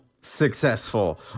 successful